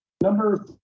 Number